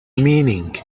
meaning